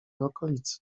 okolicy